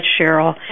Cheryl